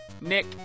Nick